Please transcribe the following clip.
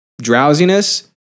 drowsiness